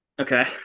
Okay